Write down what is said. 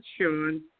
Sean